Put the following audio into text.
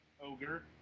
ogre